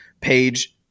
page